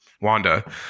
Wanda